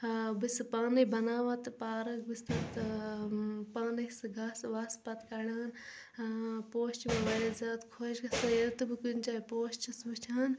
ٲں بہٕ چھس پانے بناوان تہِ پارک بہٕ چھس تتھ پانے سُہ گاسہٕ واسہٕ پتہٕ کڑان ٲں پوش چھِ مےٚ واریاہ زیادٕ خۄش گژھان ییٚلہِ تہِ بہِ کُنہِ جاے پوش چھَس وُچھان